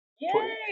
Yay